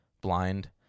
blind